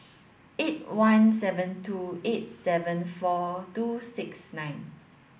eight one seven two eight seven four two six nine